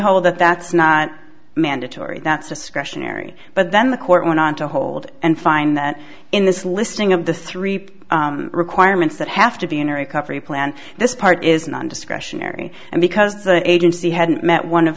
hold that that's not mandatory that's discretionary but then the court went on to hold and find that in this listing of the three requirements that have to be in recovery plan this part is non discretionary and because the agency hadn't met one of